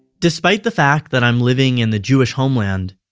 despite the fact that i'm living in the jewish homeland,